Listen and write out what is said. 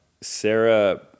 Sarah